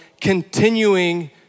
continuing